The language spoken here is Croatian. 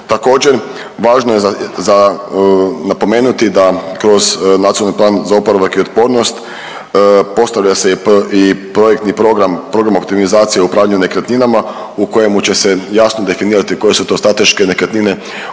Također, važno je za napomenuti da kroz Nacionalni plan za oporavak i otpornost postavlja se i projektni program, program optimizacije upravljanja nekretninama u kojemu će se jasno definirati koje su to strateške nekretnine od interesa